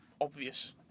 obvious